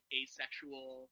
asexual